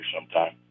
sometime